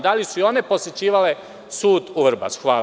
Da li su i one posećivale sud u Vrbasu?